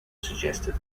suggested